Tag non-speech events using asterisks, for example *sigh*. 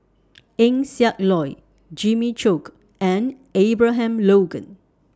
*noise* Eng Siak Loy Jimmy Chok and Abraham Logan